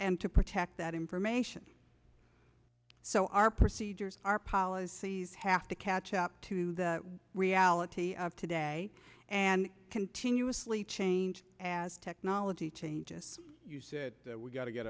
and to protect that information so our procedures our policies have to catch up to the reality of today and continuously change as technology changes we got to get